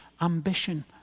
ambition